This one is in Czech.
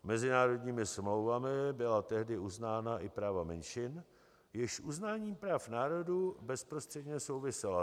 Mezinárodními smlouvami byla tehdy uznána i práva menšin, jež s uznáním práv národů bezprostředně souvisela.